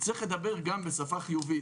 צריך לדבר גם בשפה חיובית.